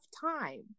time